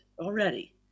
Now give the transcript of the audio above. already